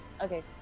Okay